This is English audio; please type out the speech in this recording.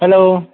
hello